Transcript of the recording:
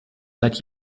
seit